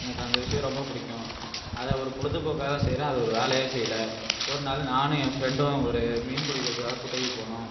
எனக்கு அந்த விஷயம் ரொம்ப பிடிக்கும் அதை ஒரு பொழுதுபோக்காகதான் செய்யுறன் அதை ஒரு வேலையாக செய்யல ஒரு நாள் நான் என் ஃப்ரெண்ட்டும் ஒரு மீன் பிடிக்றதுக்காக குட்டைக்கி போனோம்